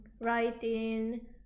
writing